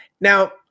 now